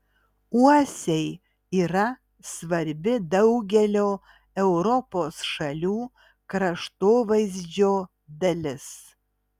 uosiai yra svarbi daugelio europos šalių kraštovaizdžio dalis